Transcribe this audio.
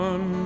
One